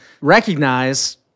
recognize